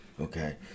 okay